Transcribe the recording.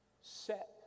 set